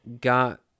got